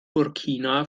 burkina